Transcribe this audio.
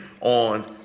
on